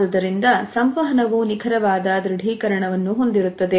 ಆದುದರಿಂದ ಸಂವಹನವು ನಿಖರವಾದ ದೃಢೀಕರಣವನ್ನು ಹೊಂದಿರುತ್ತದೆ